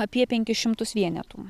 apie penkis šimtus vienetų